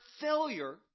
failure